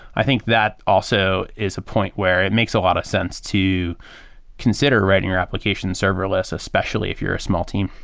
i think that also is a point where it makes a lot of sense to consider writing your application serverless especially if you're a small team.